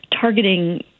targeting